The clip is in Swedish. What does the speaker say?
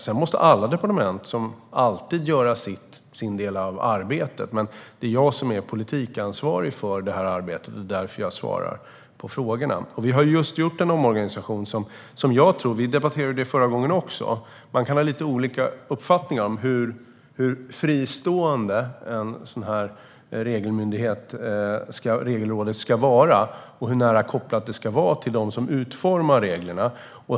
Sedan måste som alltid alla departement göra sin del av arbetet, men det är jag som är politikansvarig för det här arbetet, och det är därför jag svarar på frågorna. Vi har just gjort en omorganisation. Detta debatterade vi förra gången också. Man kan ha lite olika uppfattningar om hur fristående en regelmyndighet som Regelrådet ska vara och hur nära kopplad den ska vara till dem som utformar reglerna.